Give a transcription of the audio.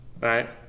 Right